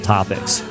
Topics